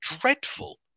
dreadful